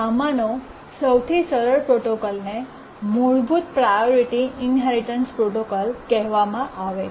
આમાંનો સૌથી સરળ પ્રોટોકોલને મૂળભૂત પ્રાયોરિટી ઇન્હેરિટન્સ પ્રોટોકોલ કહેવામાં આવે છે